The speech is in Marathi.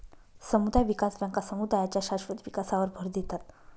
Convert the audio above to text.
समुदाय विकास बँका समुदायांच्या शाश्वत विकासावर भर देतात